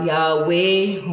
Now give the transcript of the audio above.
Yahweh